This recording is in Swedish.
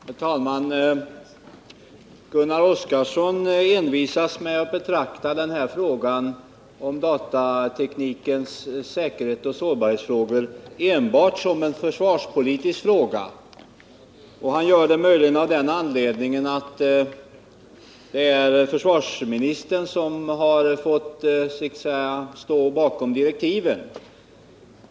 Herr talman! Gunnar Oskarson envisas med att betrakta frågan om datateknikens säkerhetsoch sårbarhetsfrågor som enbart en försvarspolitisk fråga. Han gör det möjligen av den anledningen att det är försvarsministern som så att säga har stått bakom direktiven.